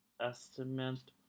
Estimate